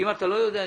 אם אתה לא יודע,